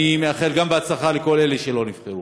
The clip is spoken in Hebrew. אני מאחל הצלחה גם לכל אלה שלא נבחרו.